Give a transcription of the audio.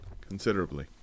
considerably